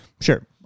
sure